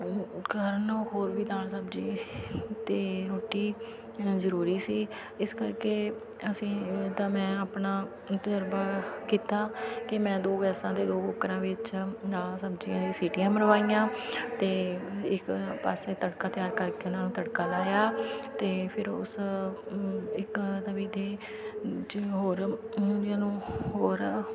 ਕਾਰਨ ਹੋਰ ਵੀ ਦਾਲ ਸਬਜ਼ੀ ਅਤੇ ਰੋਟੀ ਅ ਜ਼ਰੂਰੀ ਸੀ ਇਸ ਕਰਕੇ ਅਸੀਂ ਤਾਂ ਮੈਂ ਆਪਣਾ ਤਜਰਬਾ ਕੀਤਾ ਕਿ ਮੈਂ ਦੋ ਗੈਸਾਂ ਦੇ ਕੁੱਕਰਾਂ ਵਿੱਚ ਦਾਲਾਂ ਸਬਜ਼ੀਆਂ ਦੀ ਸੀਟੀਆਂ ਮਰਵਾਈਆਂ ਅਤੇ ਇੱਕ ਪਾਸੇ ਤੜਕਾ ਤਿਆਰ ਕਰਕੇ ਉਹਨਾਂ ਨੂੰ ਤੜਕਾ ਲਾਇਆ ਅਤੇ ਫਿਰ ਉਸ ਇੱਕ ਤਵੀਂ 'ਤੇ ਚੇ ਹੋਰ ਹੋਰੀਆਂ ਨੂੰ ਹੋਰ